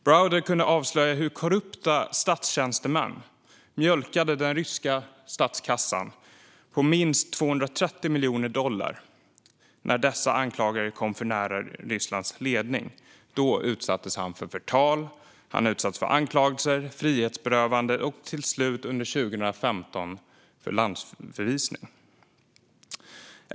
Browder kunde avslöja hur korrupta statstjänstemän mjölkade den ryska statskassan på minst 230 miljoner dollar. När dessa anklagelser kom för nära Rysslands högsta ledning utsattes han för förtal, anklagelser, frihetsberövande och till slut under 2005 för landsförvisning.